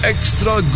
Extra